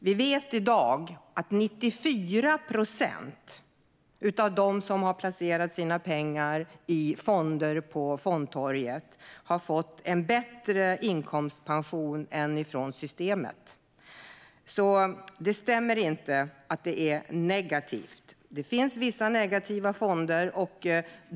Vi vet i dag att 94 procent av dem som har placerat sina pengar i fonder på fondtorget har fått en bättre inkomstpension än från systemet. Det stämmer inte att det är negativt. Det finns vissa negativa fonder.